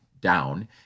down